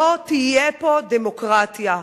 לא תהיה פה דמוקרטיה.